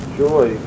joy